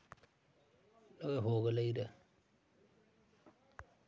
बांस के कलात्मक सामग्रि से हस्तशिल्पि के रोजगार मिलऽ हई